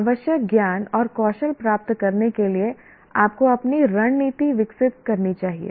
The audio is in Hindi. आवश्यक ज्ञान और कौशल प्राप्त करने के लिए आपको अपनी रणनीति विकसित करनी चाहिए